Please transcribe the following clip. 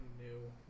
new